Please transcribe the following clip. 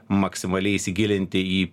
maksimaliai įsigilinti į